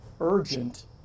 urgent